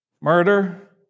murder